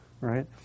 right